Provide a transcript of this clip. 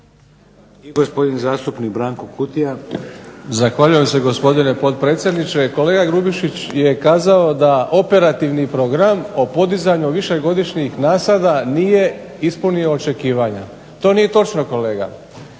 I gospodin zastupnik Branko Kutija. **Kutija, Branko (HDZ)** Zahvaljujem se, gospodine potpredsjedniče. Kolega Grubišić je kazao da Operativni program o podizanju višegodišnjih nasada nije ispunio očekivanja. To nije točno kolega.